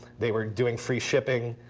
they were doing free shipping.